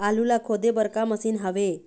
आलू ला खोदे बर का मशीन हावे?